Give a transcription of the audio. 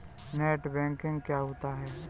Net banking क्या होता है?